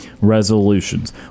resolutions